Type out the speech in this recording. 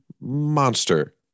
monster